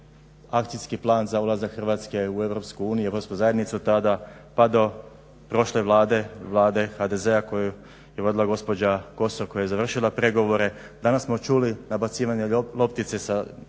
Akcijski plan za ulazak Hrvatske u EU, Europsku zajednicu tada pa do prošle Vlade, Vlade HDZ-a koju je vodila gospođa Kosor koja je završila pregovore. Danas smo čuli nabacivanja loptice sa desne